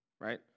right